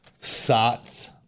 sots